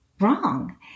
wrong